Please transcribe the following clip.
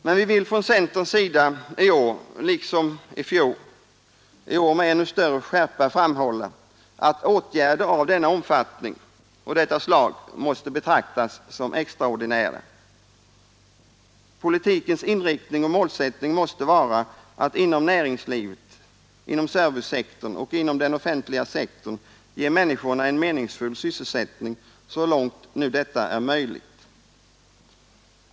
Men vi vill från centerns sida liksom i fjol — i år med ännu större skärpa — framhålla att åtgärder av denna omfattning och detta slag måste betraktas som extraordinära. Politikens inriktning och målsättning måste vara att inom näringslivet, inom servicesektorn och inom den offentliga sektorn ge människorna en meningsfull sy långt nu detta är möjligt.